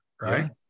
Right